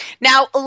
Now